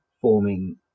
forming